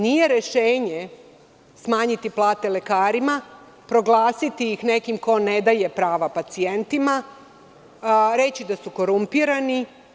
Nije rešenje smanjiti plate lekarima, proglasiti ih nekim ko ne daje prava pacijentima, reći da su korumpirani.